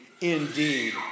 indeed